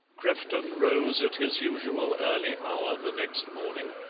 crefton rose at his usual early hour the next morning,